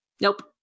nope